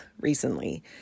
recently